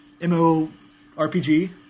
M-O-R-P-G